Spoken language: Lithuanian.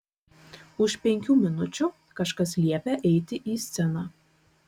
už penkių minučių kažkas liepia eiti į sceną